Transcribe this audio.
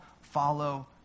follow